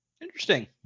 Interesting